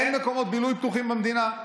אין מקומות בילוי פתוחים במדינה?